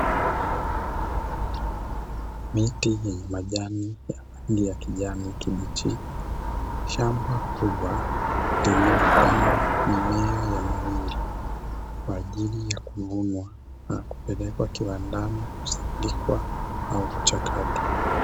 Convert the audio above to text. Miti yenye majani ya rangi ya kijani kibichi, shamba kubwa lililopandwa mimea ya mahindi kwa ajili ya kuvunwa na kupelekwa kiwandani kusindikwa au kuchakatwa.